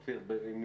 אופיר, בבקשה.